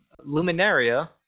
Luminaria